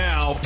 Now